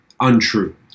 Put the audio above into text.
Untrue